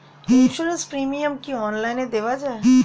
Insurance premium কি online দেওয়া যায়?